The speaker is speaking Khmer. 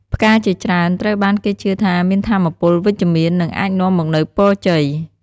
ផ្កាជាច្រើនត្រូវបានគេជឿថាមានថាមពលវិជ្ជមាន និងអាចនាំមកនូវពរជ័យ។